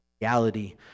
reality